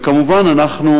כמובן, אנחנו